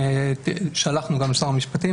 שלחנו גם לשר המשפטים,